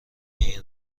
این